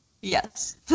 Yes